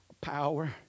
power